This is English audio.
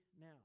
now